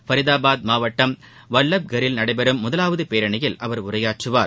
ஃபரிதாபாத் மாவட்டம் வல்லப்கரில் நடைபெறும் முதலாவது பேரணியில் அவர் உரையாற்றுவார்